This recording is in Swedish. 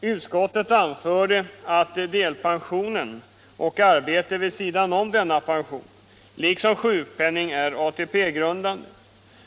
Utskottet anför att delpensionen och arbetsinkomster vid sidan om denna pension liksom sjukpenning är ATP-grundande